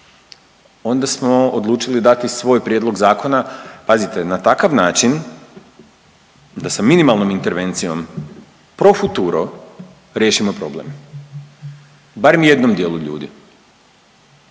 onda smo odlučili dati svoj prijedlog zakona. Pazite na takav način da sa minimalnom intervencijom pro futuro riješimo problem barem jednom dijelu ljudi,